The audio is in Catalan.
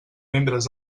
membres